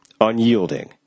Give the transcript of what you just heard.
unyielding